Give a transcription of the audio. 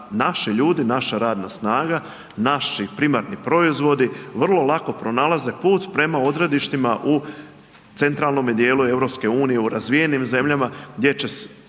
naši ljudi, naša radna snaga, naši primarni proizvodi vrlo lako pronalaze put prema odredištima u centralnome dijelu EU u razvijenim zemljama gdje će ti